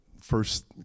first